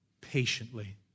patiently